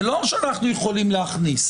זה לא שאנחנו יכולים להכניס,